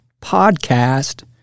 podcast